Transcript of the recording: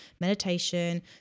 meditation